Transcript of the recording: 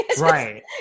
Right